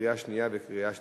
לקריאה שנייה וקריאה שלישית.